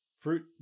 Fruit